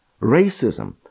racism